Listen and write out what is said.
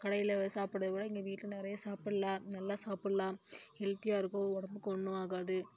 கடையில் சாப்பிட்றத விட இங்கே வீட்டில் நிறைய சாப்பிட்லாம் நல்லா சாப்பிட்லாம் ஹெல்த்தியாக இருக்கும் உடம்புக்கு ஒன்றும் ஆகாது